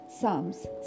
Psalms